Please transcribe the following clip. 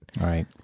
Right